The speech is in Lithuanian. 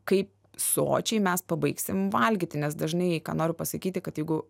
kaip sočiai mes pabaigsim valgyti nes dažnai ką noriu pasakyti kad jeigu